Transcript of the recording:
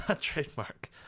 Trademark